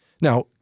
Now